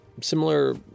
Similar